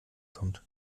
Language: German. kommt